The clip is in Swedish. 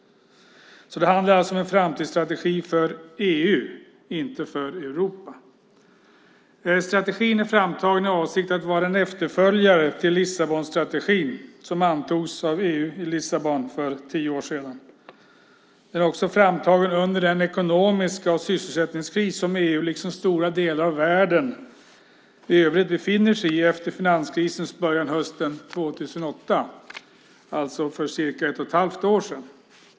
Det handlar alltså om en framtidsstrategi för EU, inte för Europa. Strategin är framtagen med avsikt att vara en efterföljare till Lissabonstrategin som antogs av EU i Lissabon för tio år sedan. Den är också framtagen under den ekonomiska och sysselsättningskris som EU liksom stora delar av världen i övrigt befinner sig i efter finanskrisens början hösten 2008, alltså för cirka ett och ett halvt år sedan.